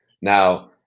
Now